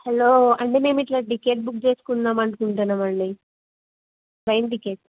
hello అంటే మేము ఇలా టికెట్ బుక్ చేసుకుందామని అనుకుంటున్నామండి ట్రైన్ టికెట్